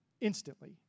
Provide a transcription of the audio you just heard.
instantly